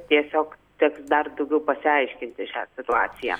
tiesiog teks dar daugiau pasiaiškinti šią situaciją